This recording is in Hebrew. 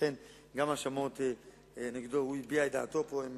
לכן גם ההאשמות נגדו, הוא הביע את דעתו פה, הן